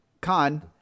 Con